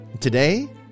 Today